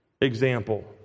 example